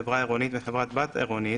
חברה עירונית וחברת בת עירונית,